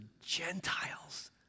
Gentiles